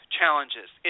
challenges